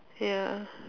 ya